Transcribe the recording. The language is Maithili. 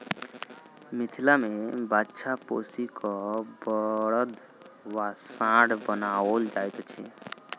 मिथिला मे बाछा पोसि क बड़द वा साँढ़ बनाओल जाइत अछि